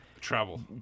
travel